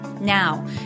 Now